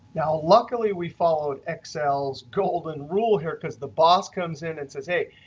now luckily, we followed excel's golden rule here because the boss comes in and says hey,